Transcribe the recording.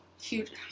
Huge